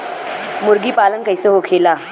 मुर्गी पालन कैसे होखेला?